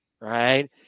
Right